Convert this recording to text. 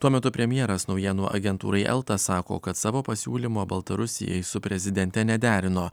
tuo metu premjeras naujienų agentūrai elta sako kad savo pasiūlymo baltarusijai su prezidente nederino